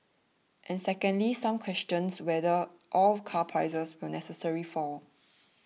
and second some question whether all car prices will necessarily fall